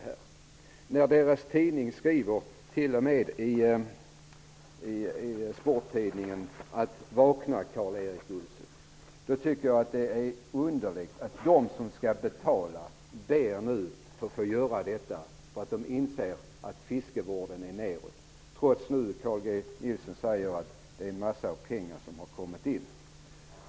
Deras egen tidning skriver t.o.m.: Vakna Karl Erik Olsson! Jag tycker att det är underligt att de som skall betala nu ber att få göra det därför att de inser att fiskevården blir sämre. Det blir den, trots att Carl G Nilsson säger att en massa pengar har kommit in.